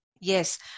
yes